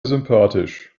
sympathisch